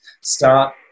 Start